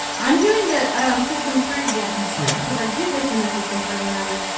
i'm doing the system three again. oh yeah. because i did this in the system three and i was.